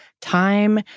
time